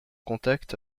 contact